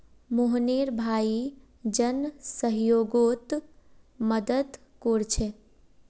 मोहनेर भाई जन सह्योगोत मदद कोरछे